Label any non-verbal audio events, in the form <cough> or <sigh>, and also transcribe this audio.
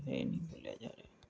<unintelligible> ਨਹੀਂ ਬੋਲਿਆ ਜਾ ਰਿਹਾ